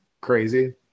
crazy